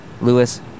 Lewis